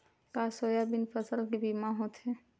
का सोयाबीन फसल के बीमा होथे?